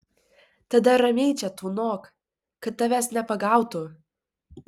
tada ramiai čia tūnok kad tavęs nepagautų